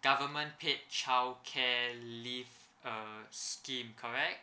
government paid childcare leave uh scheme correct